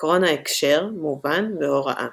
עקרון ההקשר, מובן והוראה